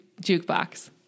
jukebox